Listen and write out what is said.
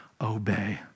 obey